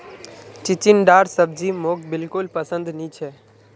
चिचिण्डार सब्जी मोक बिल्कुल पसंद नी छ